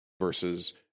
versus